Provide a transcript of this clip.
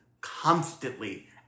constantly